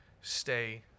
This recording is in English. stay